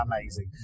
amazing